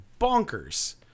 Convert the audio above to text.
bonkers